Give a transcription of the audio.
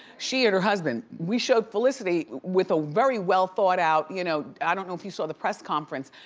she and her husband. we showed felicity with a very well thought out, you know i don't know if you saw the press conference,